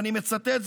ואני מצטט,